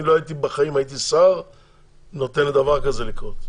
אם הייתי שר לא הייתי נותן בחיים לדבר כזה לקרות.